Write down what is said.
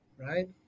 right